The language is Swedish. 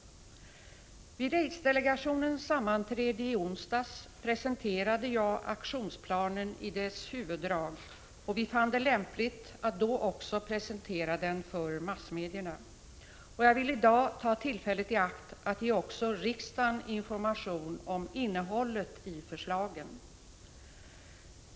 Vid aidsdelegationens sammanträde i onsdags presenterade jag aktionsplanen i dess huvuddrag, och vi fann det lämpligt att då också presentera den för massmedierna. Jag vill i dag ta tillfället i akt att också i riksdagen ge information om innehållet i förslagen.